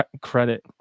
credit